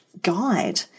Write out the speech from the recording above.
guide